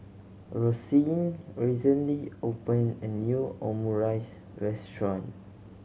Roseanne recently opened a new Omurice Restaurant